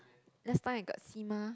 that's fine I got C mah